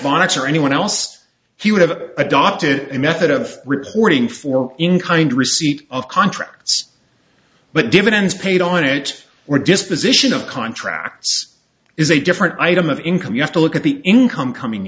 monitor anyone else he would have adopted a method of reporting for in kind receipt of contracts but dividends paid on it were disposition of contracts is a different item of income you have to look at the income coming